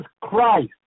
Christ